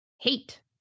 hate